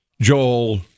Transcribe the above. Joel